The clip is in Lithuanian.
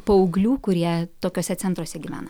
paauglių kurie tokiuose centruose gyvena